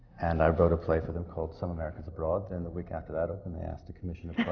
and i wrote a play for them called some americans abroad. then the week after that opened, they asked to commission a